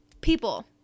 People